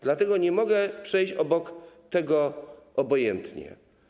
Dlatego nie mogę przejść obok tego obojętnie.